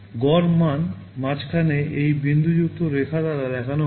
গড় মান মাঝখানে এই বিন্দুযুক্ত রেখা দ্বারা দেখানো হয়